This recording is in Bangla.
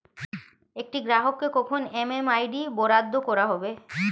একটি গ্রাহককে কখন এম.এম.আই.ডি বরাদ্দ করা হবে?